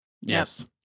Yes